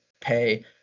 pay